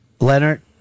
Leonard